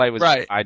right